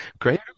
Great